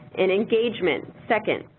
and engagement, second,